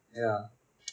ya